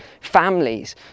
families